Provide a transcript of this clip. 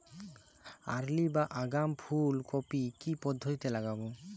Early বা আগাম ফুল কপি কি পদ্ধতিতে লাগাবো?